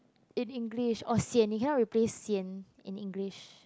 in English or sian you cannot replace sian in English